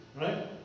right